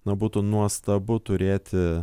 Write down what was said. na būtų nuostabu turėti